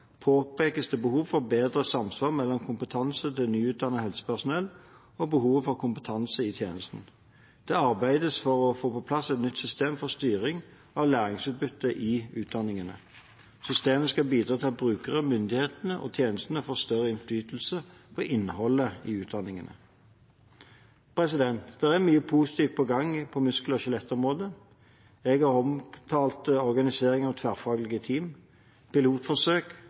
påpekes behovet for bedre samsvar mellom kompetansen til nyutdannet helsepersonell og behovet for kompetanse i tjenestene. Det arbeides for å få på plass et nytt system for styring av læringsutbytte i utdanningene. Systemet skal bidra til at brukere, myndigheter og tjenestene får større innflytelse på innholdet i utdanningene. Det er mye positivt i gang på muskel- og skjelettområdet. Jeg har omtalt organisering i tverrfaglige team, pilotforsøk,